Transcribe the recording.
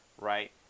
right